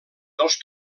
dels